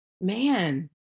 man